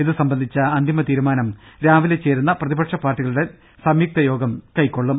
ഇതുസംബന്ധിച്ച അന്തിമ തീരുമാനം രാവിലെ ചേരുന്ന പ്രതിപക്ഷ പാർട്ടികളുടെ സംയുക്ത യോഗം കൈക്കൊള്ളും